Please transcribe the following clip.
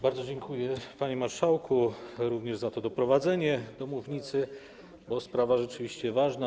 Bardzo dziękuję, panie marszałku, również za to doprowadzenie do mównicy, bo sprawa rzeczywiście ważna.